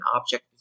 object